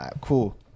cool